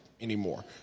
anymore